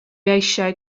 eisiau